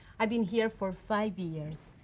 i've been here for five years,